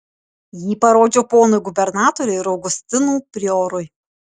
jį parodžiau ponui gubernatoriui ir augustinų priorui